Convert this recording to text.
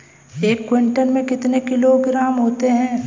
एक क्विंटल में कितने किलोग्राम होते हैं?